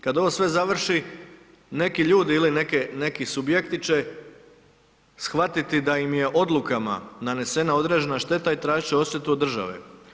Kad ovo sve završi neki ljudi ili neke, neki subjekti će shvatiti da im je odlukama nanesena određena šteta i tražit će odštetu od države.